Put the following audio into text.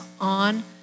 on